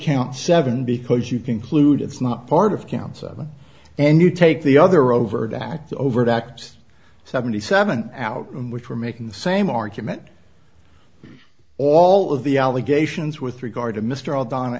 camp seven because you conclude it's not part of councilman and you take the other overt act overt act seventy seven out in which were making the same argument all of the allegations with regard to mr all donna